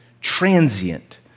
transient